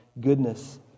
Goodness